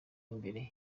imbere